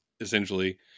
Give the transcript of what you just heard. essentially